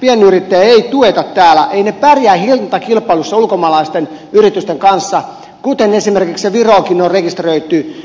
pienyrittäjiä ei tueta täällä eivät he pärjää hintakilpailussa ulkomaalaisten yritysten kanssa kun esimerkiksi viroonkin on rekisteröity